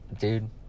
dude